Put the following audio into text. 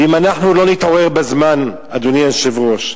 ואם אנחנו לא נתעורר בזמן, אדוני היושב-ראש,